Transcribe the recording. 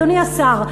אדוני השר,